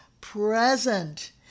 present